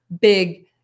big